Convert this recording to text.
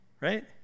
right